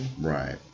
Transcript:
Right